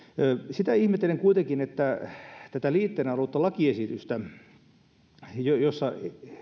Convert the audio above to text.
sitä ihmettelen kuitenkin että tätä liitteenä ollutta lakialoitetta jossa